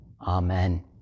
Amen